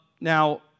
Now